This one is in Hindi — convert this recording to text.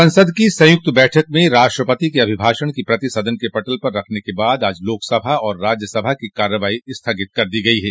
संसद की संयुक्त बैठक में राष्ट्रपति के अभिभाषण की प्रति सदन के पटल पर रखने के बाद आज लोकसभा और राज्यसभा की कार्यवाही स्थगित कर दी गई है